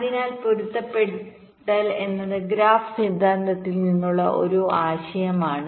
അതിനാൽ പൊരുത്തപ്പെടുത്തൽ എന്നത് ഗ്രാഫ് സിദ്ധാന്തത്തിൽ നിന്നുള്ള ഒരു ആശയമാണ്